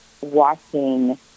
watching